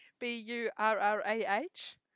B-U-R-R-A-H